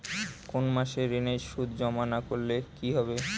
কোনো মাসে ঋণের সুদ জমা না করলে কি হবে?